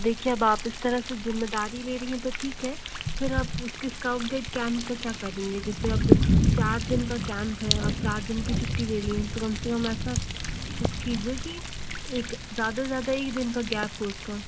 देखिए अब आप इस तरह से ज़िम्मेदारी ले रही हैं तो ठीक है फिर आप उसके इस्कौड गैड कैम्प का क्या करेंगे जिससे अब चार दिन का कैम्प है आप चार दिन की छुट्टी ले रही हैं तो कम से कम ऐसा कुछ कीजिए कि एक ज़्यादा से ज़्यादा एक दिन का गैप हो उसका